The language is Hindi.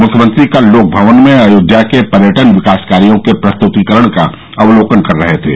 मुख्यमंत्री कल लोक भवन में अयोध्या के पर्यटन विकास कार्यो के प्रस्ततीकरण का अवलोकन कर रहे थे